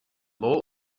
more